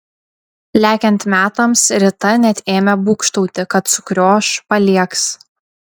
lekiant metams rita net ėmė būgštauti kad sukrioš paliegs